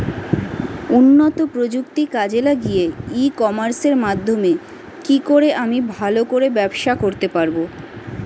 উন্নত প্রযুক্তি কাজে লাগিয়ে ই কমার্সের মাধ্যমে কি করে আমি ভালো করে ব্যবসা করতে পারব?